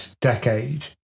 decade